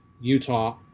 Utah